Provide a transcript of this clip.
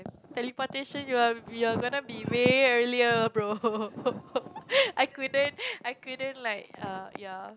teleportation you are you are gonna be way earlier bro I couldn't I couldn't like err ya